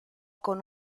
con